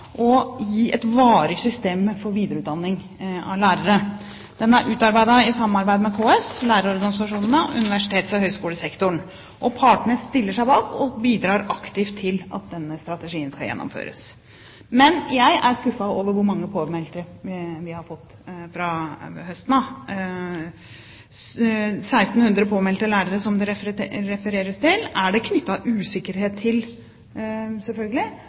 gi et varig system for videreutdanning av lærere. Den er utarbeidet i samarbeid med KS, lærerorganisasjonene og Universitets- og høyskolerådet. Partene stiller seg bak og bidrar aktivt til gjennomføringen av denne strategien. Jeg er skuffet over antall påmeldte vi har fått fra høsten av. Tallet på 1 600 påmeldte lærere, som det refereres til, er det knyttet usikkerhet til, selvfølgelig,